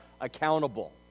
Accountable